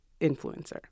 influencer